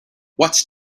what’s